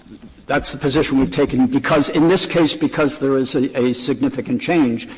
that's the position we've taken because in this case because there is a a significant change.